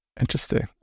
Interesting